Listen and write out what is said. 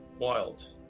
wild